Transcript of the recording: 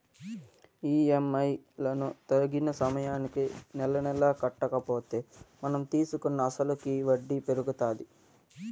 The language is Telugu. ఈ.ఎం.ఐ లను తగిన సమయానికి నెలనెలా కట్టకపోతే మనం తీసుకున్న అసలుకి వడ్డీ పెరుగుతాది